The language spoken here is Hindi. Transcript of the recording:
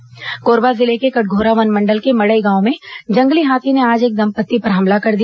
कोरबा जिले के कटघोरा वनमंडल के मडई गांव में जंगली हाथी ने आज एक दंपत्ति पर हमला कर दिया